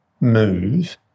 move